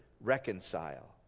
reconcile